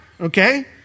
Okay